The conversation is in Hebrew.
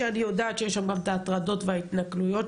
שאני יודעת שיש בטיילת הטרדות והתנכלויות,